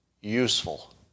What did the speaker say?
useful